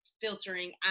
filtering